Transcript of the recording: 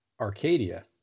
Arcadia